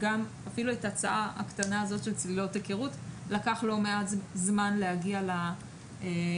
ואפילו עם ההצעה הקטנה של צלילות היכרות לקח לא מעט זמן להגיע לוועדה.